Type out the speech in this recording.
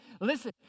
listen